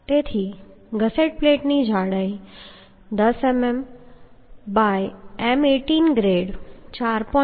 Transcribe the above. તેથી ગસેટ પ્લેટની જાડાઈ 10 મીમી ✕ M18 ગ્રેડ 4